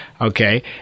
Okay